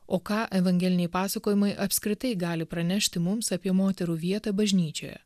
o ką evangeliniai pasakojimai apskritai gali pranešti mums apie moterų vietą bažnyčioje